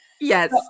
Yes